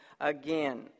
again